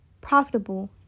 profitable